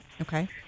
okay